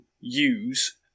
use